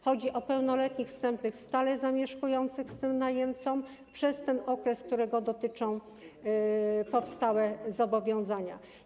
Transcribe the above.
Chodzi o pełnoletnich zstępnych stale zamieszkujących z najemcą przez ten okres, którego dotyczą powstałe zobowiązania.